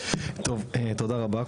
טוב, תודה רבה.